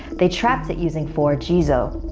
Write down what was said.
they trapped it using four jizo,